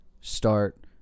start